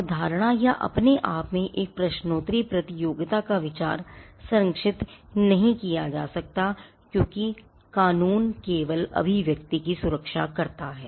अवधारणा या अपने आप में एक प्रश्नोत्तरी प्रतियोगिता का विचार संरक्षित नहीं किया जा सकता है क्योंकि कानून केवल अभिव्यक्ति की सुरक्षा करता है